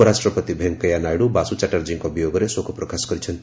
ଉପରାଷ୍ଟ୍ରପତି ଭେଙ୍କୟା ନାଇଡୁ ବାସୁ ଚାଟାର୍ଜୀଙ୍କ ବିୟୋଗରେ ଶୋକ ପ୍ରକାଶ କରିଛନ୍ତି